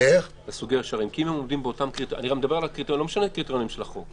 לא משנים הקריטריונים של החוק,